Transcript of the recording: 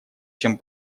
чем